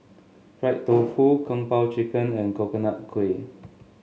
Fried Tofu Kung Po Chicken and Coconut Kuih